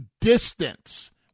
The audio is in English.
distance